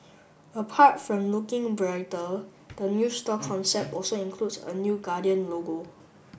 apart from looking brighter the new store concept also includes a new Guardian logo